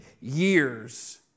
years